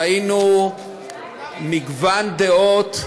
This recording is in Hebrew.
ראינו מגוון דעות.